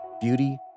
beauty